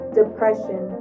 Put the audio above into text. depression